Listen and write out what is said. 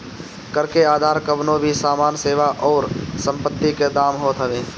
कर के आधार कवनो भी सामान, सेवा अउरी संपत्ति के दाम होत हवे